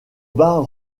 bas